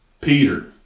Peter